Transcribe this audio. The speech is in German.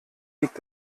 liegt